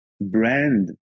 Brand